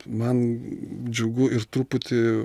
man džiugu ir truputį